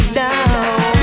down